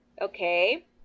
Okay